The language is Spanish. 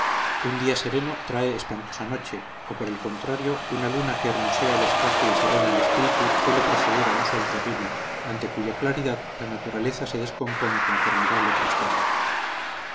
un día sereno trae espantosa noche o por el contrario una luna que hermosea el espacio y serena el espíritu suele preceder a un sol terrible ante cuya claridad la naturaleza se descompone con formidable trastorno